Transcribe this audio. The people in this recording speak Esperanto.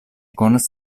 konas